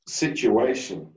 situation